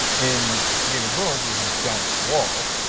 in game of thrones there is a giant wall.